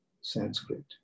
Sanskrit